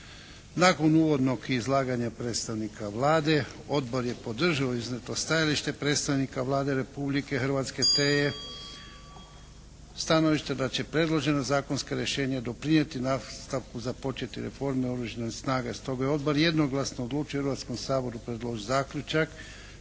Nakon uvodnog izlaganja predstavnika Vlade, Odbor je podržao iznijeto stajalište predstavnika Vlade Republike Hrvatske te je stanovište da će predloženo zakonsko rješenje doprinijeti nastavku započetih reformi Oružanih snaga. Stoga ovaj Odbor je jednoglasno odlučio Hrvatskom saboru predložiti zaključak